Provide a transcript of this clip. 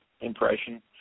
impression